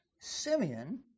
Simeon